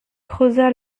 creusa